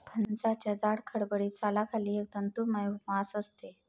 फणसाच्या जाड, खडबडीत सालाखाली एक तंतुमय मांस असते